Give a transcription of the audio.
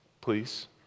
please